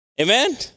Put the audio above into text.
Amen